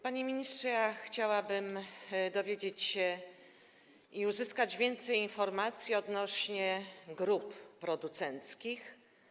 Panie ministrze, chciałabym dowiedzieć się, uzyskać więcej informacji odnośnie do grup producenckich.